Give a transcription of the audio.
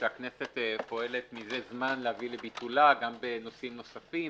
שהכנסת פועלת מזה זמן להביא לביטולה גם בנושאים נוספים.